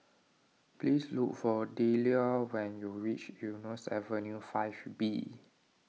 please look for Delia when you reach Eunos Avenue five B